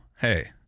hey